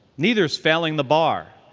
neither is failing the bar.